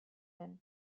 den